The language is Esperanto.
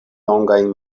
longajn